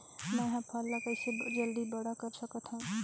मैं ह फल ला कइसे जल्दी बड़ा कर सकत हव?